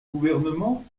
gouvernement